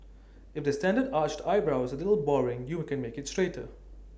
if the standard arched eyebrow is A little boring you can make IT straighter